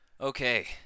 Okay